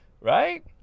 right